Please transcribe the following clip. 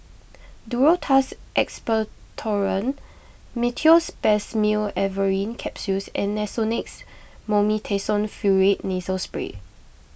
Duro Tuss Expectorant Meteospasmyl Alverine Capsules and Nasonex Mometasone Furoate Nasal Spray